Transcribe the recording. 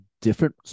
different